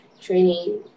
training